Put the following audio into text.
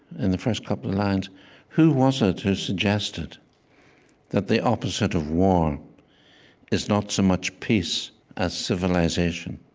in the first couple of lines who was it who suggested that the opposite of war is not so much peace as civilization?